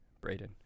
Brayden